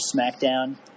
SmackDown